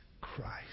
Christ